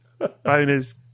Boners